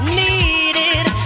needed